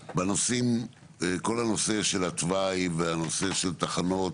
כל הנושא של התוואי והנושא של תחנות,